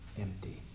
empty